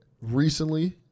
recently